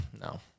no